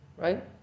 Right